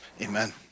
amen